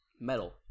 metal